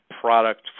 product